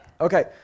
Okay